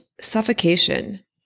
suffocation